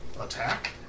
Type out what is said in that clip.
attack